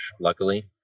luckily